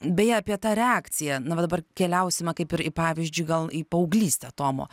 beje apie tą reakciją na va dabar keliausime kaip ir į pavyzdžiui gal į paauglystę tomo